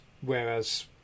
Whereas